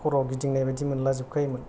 खर' गिदिंनाय बायदि मोनला जोबखायोमोन